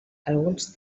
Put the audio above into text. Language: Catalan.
alguns